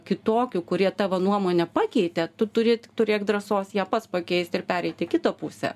kitokių kurie tavo nuomonę pakeitė tu turi turėk drąsos ją pats pakeist ir pereit į kitą pusę